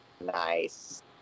Nice